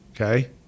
okay